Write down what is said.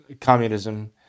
communism